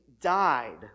died